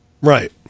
Right